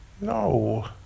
No